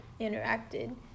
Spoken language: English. interacted